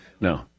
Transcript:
No